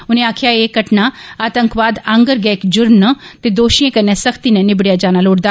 उनें आक्खेआ एह घटनां आतंकवाद आंगर गै इक जुर्म न ते दोशिएं कन्नै सख्ती नै निबड़ेआ जाना लोड़दा